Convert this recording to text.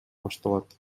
башталат